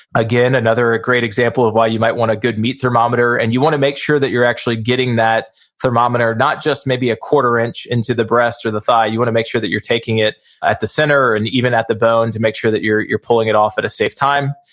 again, another great example of why you might want a good meat thermometer, and you wanna make sure that you're actually getting that thermometer, not just maybe a quarter inch into the breast or the thigh. you wanna make sure that you're taking it at the center, and even at the bone to make sure that you're you're pulling it off at a safe time,